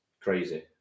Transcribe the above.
crazy